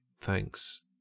Thanks